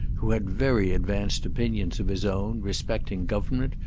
who had very advanced opinions of his own respecting government,